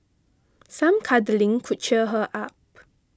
some cuddling could cheer her up